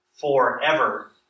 forever